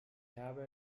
habe